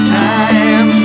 time